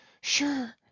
sure